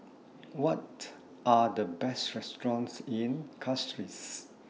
What Are The Best restaurants in Castries